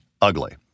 ugly